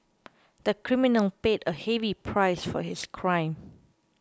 the criminal paid a heavy price for his crime